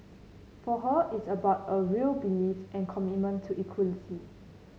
for her it's about a real belief and commitment to equality